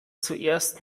zuerst